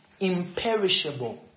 imperishable